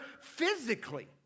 physically